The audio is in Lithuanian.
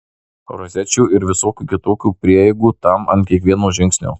rozečių ir visokių kitokių prieigų tam ant kiekvieno žingsnio